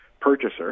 purchaser